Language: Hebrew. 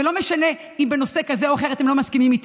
ולא משנה אם בנושא כזה או אחר אתם לא מסכימים.